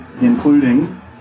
including